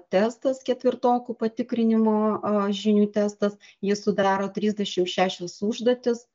testas ketvirtokų patikrinimo žinių testas jį sudaro trisdešimt šešios užduotys